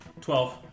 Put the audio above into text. Twelve